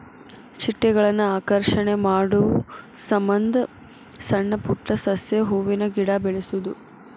ಚಿಟ್ಟೆಗಳನ್ನ ಆಕರ್ಷಣೆ ಮಾಡುಸಮಂದ ಸಣ್ಣ ಪುಟ್ಟ ಸಸ್ಯ, ಹೂವಿನ ಗಿಡಾ ಬೆಳಸುದು